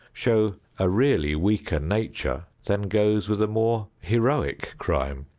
show a really weaker nature than goes with a more heroic crime.